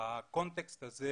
בקונטקסט הזה